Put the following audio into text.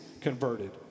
converted